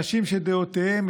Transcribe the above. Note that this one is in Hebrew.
אנשים שדעותיהם,